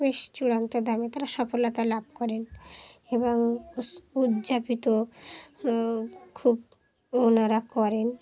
বেশ চূড়ান্ত দামে তারা সফলতা লাভ করেন এবং উদযাপিত খুব ওনারা করেন